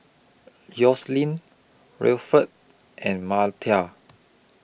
Yoselin Winnifred and Myrtie